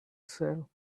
sale